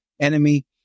enemy